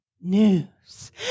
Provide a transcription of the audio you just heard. news